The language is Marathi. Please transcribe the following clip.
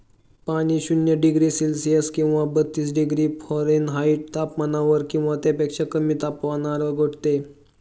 पाणी शून्य डिग्री सेल्सिअस किंवा बत्तीस डिग्री फॅरेनहाईट तापमानावर किंवा त्यापेक्षा कमी तापमानावर गोठते